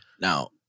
Now